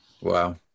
Wow